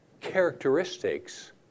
characteristics